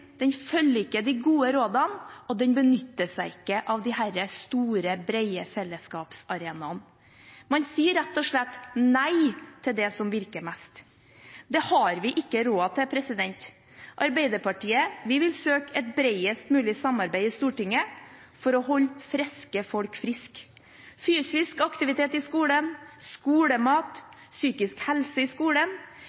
Den følger ikke de gode rådene, og den benytter seg ikke av disse store, brede fellesskapsarenaene. Man sier rett og slett nei til det som virker mest. Det har vi ikke råd til. Vi i Arbeiderpartiet vil søke et bredest mulig samarbeid i Stortinget for å holde friske folk friske – fysisk aktivitet i skolen, skolemat,